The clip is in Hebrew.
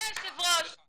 להגיע לדיון הזה.